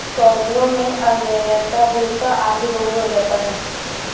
पौधों में अंगैयता, झुलसा आदि रोग हो जाता है